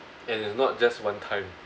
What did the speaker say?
and it's not just one time